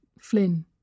Flynn